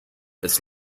ist